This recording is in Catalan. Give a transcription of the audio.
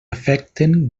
afecten